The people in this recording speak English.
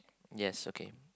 yes okay